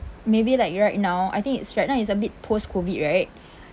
maybe like right now I think it's right now it's a bit post COVID right